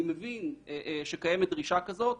אני מבין שקיימת דרישה כזאת,